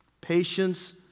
patience